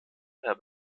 per